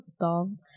dumb